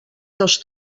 dos